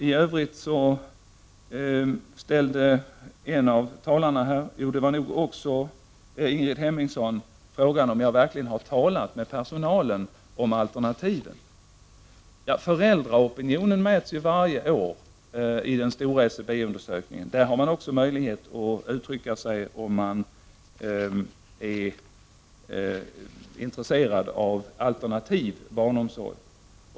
Ingrid Hemmingsson ställde också frågan om jag verkligen har talat med personalen om alternativen. Föräldraopinionen mäts varje år i den stora SCB-undersökningen, och där har man möjlighet att ange om man är intresserad av alternativ barnomsorg.